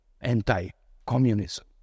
anti-communism